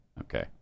Okay